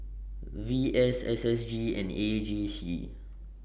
V S S S G and A J C